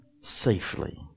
safely